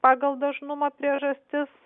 pagal dažnumą priežastis